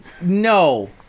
No